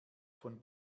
von